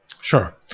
Sure